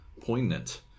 poignant